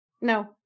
No